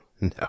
No